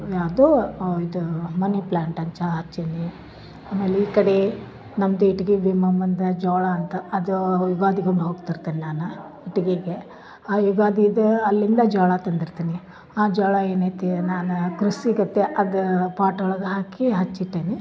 ನ್ಯಾತು ಇದು money plant ಅಂಚ ಹಚ್ಚಿನಿ ಆಮೇಲೆ ಈ ಕಡೆ ನಮ್ಮದು ಇಟ್ಗಿ ಬೀಮಮ್ ಅಂತ ಜ್ವಾಳ ಅಂತ ಅದು ಯುಗಾದಿಗೆ ಒಮ್ಮೆ ಹೋಗ್ತಿರ್ತೀನಿ ನಾನು ಇಟ್ಗಿಗೆ ಆ ಯುಗಾದಿದು ಅಲ್ಲಿಂದ ಜ್ವಾಳ ತಂದಿರ್ತೀನಿ ಆ ಜ್ವಾಳ ಏನೈತಿ ನಾನು ಕೃಷಿ ಗದ್ದೆ ಅದು ಪಾಟ್ ಒಳಗೆ ಹಾಕಿ ಹಚ್ಚಿ ಇಟ್ಟೀನಿ